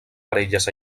parelles